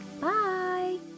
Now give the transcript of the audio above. bye